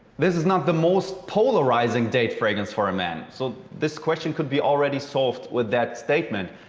this is not the most polarizing date fragrance for a man. so, this question could be already soft with that statement.